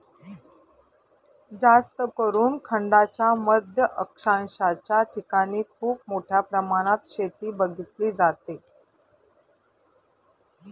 जास्तकरून खंडांच्या मध्य अक्षांशाच्या ठिकाणी खूप मोठ्या प्रमाणात शेती बघितली जाते